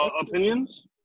Opinions